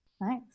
Nice